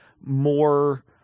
more